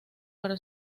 para